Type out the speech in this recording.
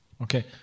Okay